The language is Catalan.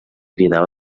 cridar